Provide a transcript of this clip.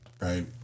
Right